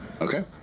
Okay